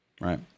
right